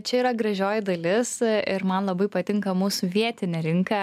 čia yra gražioji dalis ir man labai patinka mūsų vietinė rinka